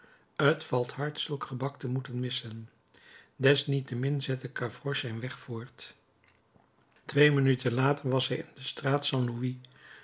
hard zulk gebak te moeten missen desniettemin zette gavroche zijn weg voort twee minuten later was hij in de straat st louis